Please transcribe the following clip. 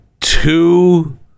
two